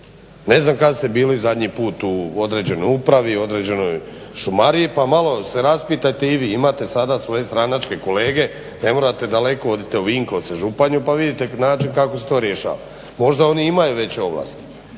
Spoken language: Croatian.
Ne znam kad ste bili zadnji put u određenoj upravi, određenoj šumariji pa malo se raspitajte i vi. Imate sada svoje stranačke kolege, ne morate daleko. Odite u Vinkovce, Županju pa vidite način kako se to rješava. Možda oni imaju veće ovlasti,